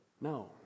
No